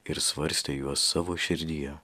ir svarstė juos savo širdyje